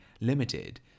limited